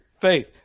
faith